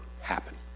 happen